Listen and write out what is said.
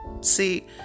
See